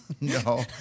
No